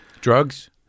Drugs